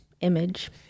image